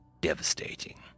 devastating